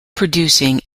producing